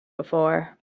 before